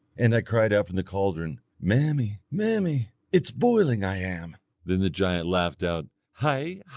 and i cried out from the caldron, mammy, mammy, it's boiling i am then the giant laughed out hai,